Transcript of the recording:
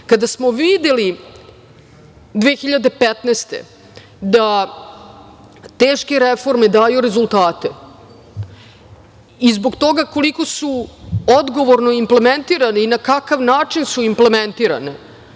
Kada smo videli 2015. godine da teške reforme daju rezultate i zbog toga koliko su odgovorno implementirane i na kakav način su implementirane,